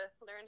learn